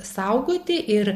saugoti ir